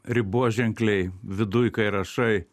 riboženkliai viduj kai rašai